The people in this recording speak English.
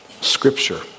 Scripture